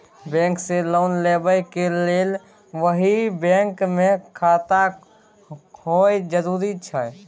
Bank से loan लेबै के लेल वही बैंक मे खाता होय जरुरी छै?